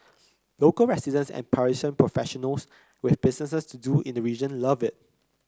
local residents and Parisian professionals with business to do in the region love it